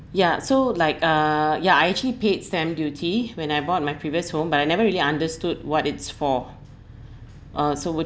ya so like uh ya I actually paid stamp duty when I bought my previous home but I never really understood what it's for uh so would